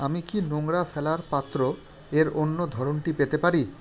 আমি কি নোংরা ফেলার পাত্র এর অন্য ধরনটি পেতে পারি